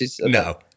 no